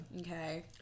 Okay